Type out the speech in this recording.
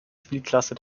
spielklasse